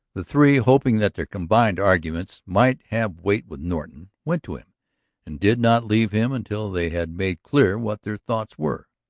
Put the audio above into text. the three, hoping that their combined arguments might have weight with norton, went to him and did not leave him until they had made clear what their thoughts were,